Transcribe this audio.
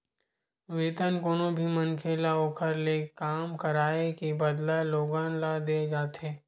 वेतन कोनो भी मनखे ल ओखर ले काम कराए के बदला लोगन ल देय जाथे